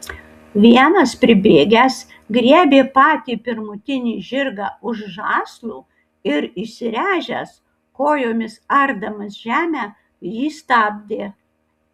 vienas pribėgęs griebė patį pirmutinį žirgą už žąslų ir įsiręžęs kojomis ardamas žemę jį stabdė